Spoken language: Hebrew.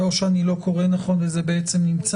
או שאני לא קורא נכון וזה בעצם נמצא?